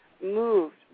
moved